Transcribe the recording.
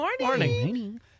Morning